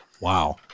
Wow